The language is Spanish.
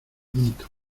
amito